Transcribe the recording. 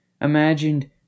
Imagined